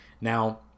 Now